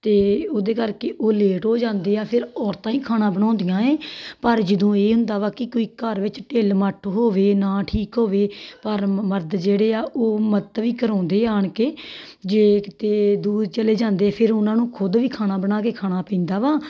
ਅਤੇ ਉਹਦੇ ਕਰਕੇ ਉਹ ਲੇਟ ਹੋ ਜਾਂਦੇ ਆ ਫਿਰ ਔਰਤਾਂ ਹੀ ਖਾਣਾ ਬਣਾਉਂਦੀਆਂ ਹੈ ਪਰ ਜਦੋਂ ਇਹ ਹੁੰਦਾ ਵਾ ਕਿ ਕੋਈ ਘਰ ਵਿੱਚ ਢਿੱਲ ਮੱਠ ਹੋਵੇ ਨਾ ਠੀਕ ਹੋਵੇ ਪਰ ਮਰਦ ਜਿਹੜੇ ਆ ਉਹ ਮਤ ਵੀ ਕਰਵਾਉਂਦੇ ਆ ਕੇ ਜੇ ਕਿਤੇ ਦੂਰ ਚਲੇ ਜਾਂਦੇ ਫਿਰ ਉਹਨਾਂ ਨੂੰ ਖੁਦ ਵੀ ਖਾਣਾ ਬਣਾ ਕੇ ਖਾਣਾ ਪੈਂਦਾ ਵਾ